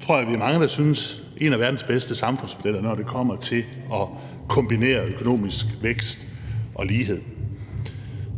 det tror jeg vi er mange der syntes – en af verdens bedste samfundsmodeller, når det kommer til at kombinere økonomisk vækst og lighed.